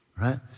right